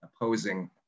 opposing